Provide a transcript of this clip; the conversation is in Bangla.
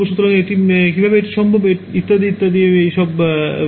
সুতরাং কীভাবে এটি সম্ভব এবং ইত্যাদি ইত্যাদি ঠিক আছে